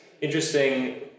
interesting